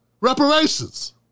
reparations